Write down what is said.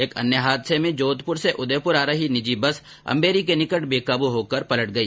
एक अन्य हादसे में जोधप्र से उदयप्र आ रही निजी बस अंबेरी के निकट बेकाबू होकर पलट गई